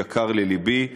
יקר ללבי.